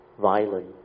violent